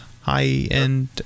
high-end